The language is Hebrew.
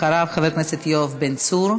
אחריו, חבר הכנסת יואב בן צור,